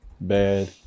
bad